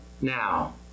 now